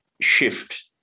shift